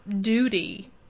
duty